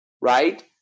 right